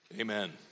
Amen